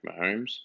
Mahomes